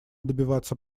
добиваться